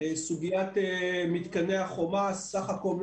סוגיית מתקני החומ"ס סך הכול,